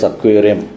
Aquarium